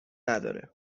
نداره